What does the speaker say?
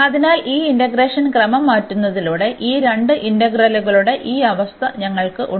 അതിനാൽ ഈ ഇന്റഗ്രേഷൻ ക്രമം മാറ്റുന്നതിലൂടെ ഈ രണ്ട് ഇന്റഗ്രലുകളുടെ ഈ അവസ്ഥ ഞങ്ങൾക്ക് ഉണ്ട്